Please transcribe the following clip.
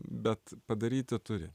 bet padaryti turi